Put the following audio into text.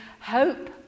hope